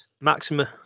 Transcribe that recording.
Maximum